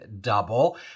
double